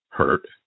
hurt